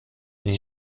این